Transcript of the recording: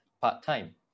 part-time